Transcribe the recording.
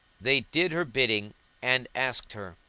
they did her bidding and asked her,